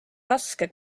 raske